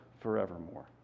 forevermore